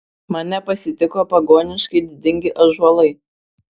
mane pasitiko pagoniškai didingi ąžuolai